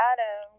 Adam